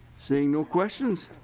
seeing no questions